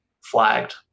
flagged